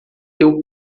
teu